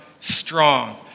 strong